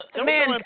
man